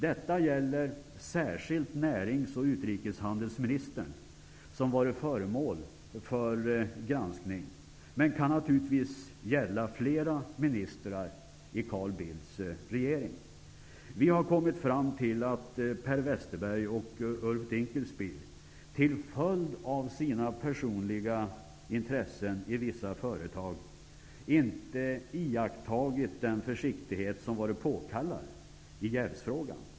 Detta gäller särskilt närings och utrikeshandelsministern som varit föremål för granskning, men kan naturligtvis gälla fler ministrar i Carl Bildts regering. Vi har kommit fram till att Per Westerberg och Ulf Dinkelspiel till följd av sina personliga intressen i vissa företag inte iakttagit den försiktighet som varit påkallad i jävsfrågan.